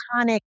iconic